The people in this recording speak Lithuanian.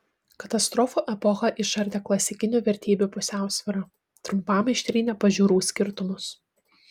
katastrofų epocha išardė klasikinių vertybių pusiausvyrą trumpam ištrynė pažiūrų skirtumus